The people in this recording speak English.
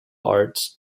arts